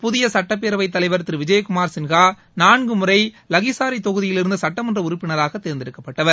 புதிய சட்டப் பேரவைத் தலைவர் திரு விஜயகுமார் சின்ஹா நான்கு முறை லகிசாரி தொகுதியில் இருந்து சுட்டமன்ற உறுப்பினராக தேர்ந்தெடுக்கப்பட்டவர்